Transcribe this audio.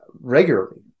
regularly